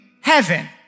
Heaven